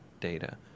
data